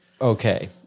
Okay